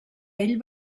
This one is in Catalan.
ell